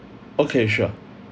okay sure